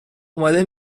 اومده